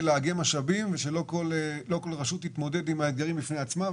לאגם משאבים ושלא כל רשות תתמודד עם האתגרים בעצמה.